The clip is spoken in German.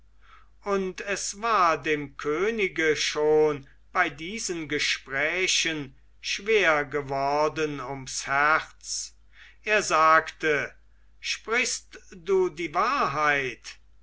und es war dem könige schon bei diesen gesprächen schwer geworden ums herz er sagte sprichst du die wahrheit